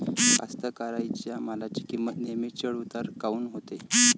कास्तकाराइच्या मालाची किंमत नेहमी चढ उतार काऊन होते?